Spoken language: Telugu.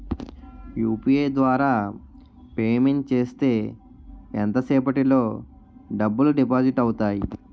యు.పి.ఐ ద్వారా పేమెంట్ చేస్తే ఎంత సేపటిలో డబ్బులు డిపాజిట్ అవుతాయి?